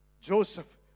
Joseph